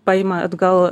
paima atgal